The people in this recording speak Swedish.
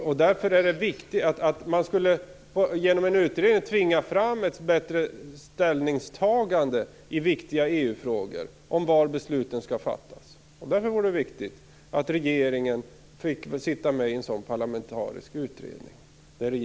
Fru talman! Genom en sådan här utredning skulle man tvinga fram ett bättre ställningstagande i viktiga EU-frågor om var besluten skall fattas. Därför vore det viktigt att det regerande partiet fick sitta med i en sådan parlamentarisk utredning.